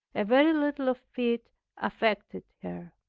a very little of it affected her.